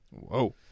Whoa